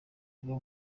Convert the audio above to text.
rwo